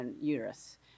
uterus